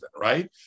right